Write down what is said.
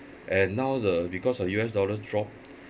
and now the because the U_S dollar drop